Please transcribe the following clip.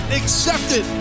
accepted